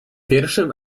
pierwszym